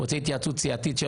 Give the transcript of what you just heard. הוא רוצה התייעצות סיעתית,